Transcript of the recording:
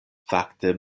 fakte